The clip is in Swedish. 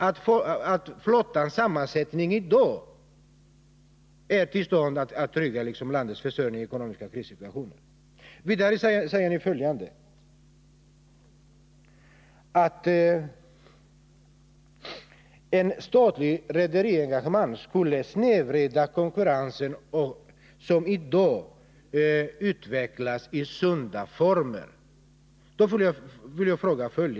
Utskottet säger vidare att ett statligt rederiengagemang skulle snedvrida konkurrensen, som i dag utvecklas i sunda former.